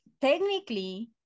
technically